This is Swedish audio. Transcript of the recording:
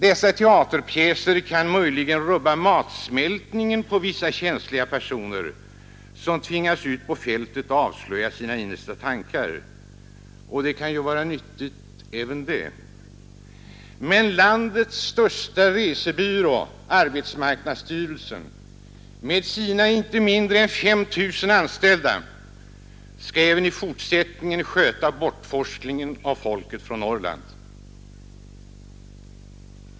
Dessa teaterpjäser kan möjligen rubba matsmältningen på vissa känsliga personer, som tvingas ut på fältet och måste avslöja sina innersta tankar. Och det kan ju vara nyttigt även det. Men landets största resebyrå, arbetsmarknadsstyrelsen, med sina inte mindre än 5 000 anställda skall även i fortsättningen sköta bortforslingen av folket från Norrland.